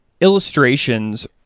illustrations